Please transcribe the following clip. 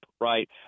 right